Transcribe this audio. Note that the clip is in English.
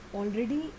already